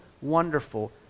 wonderful